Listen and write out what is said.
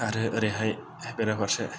आरो ओरैहाय बेराफारसे